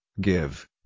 give